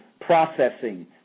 processing